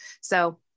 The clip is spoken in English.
So-